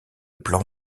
plan